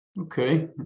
Okay